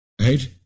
Right